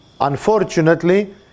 unfortunately